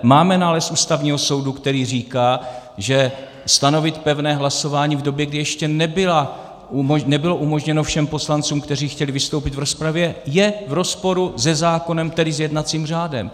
Máme nález Ústavního soudu, který říká, že stanovit pevné hlasování v době, kdy ještě nebylo umožněno všem poslancům, kteří chtěli vystoupit v rozpravě, je v rozporu se zákonem, tedy s jednacím řádem.